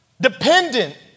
dependent